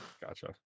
Gotcha